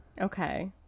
okay